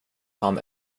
han